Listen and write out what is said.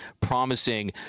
promising